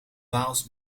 waals